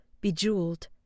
bejeweled